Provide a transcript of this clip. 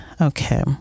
Okay